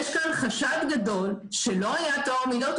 יש כאן חשד גדול שלא היה טוהר מידות,